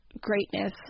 greatness